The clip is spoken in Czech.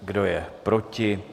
Kdo je proti?